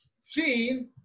seen